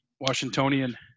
Washingtonian